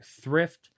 thrift